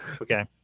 Okay